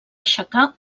aixecar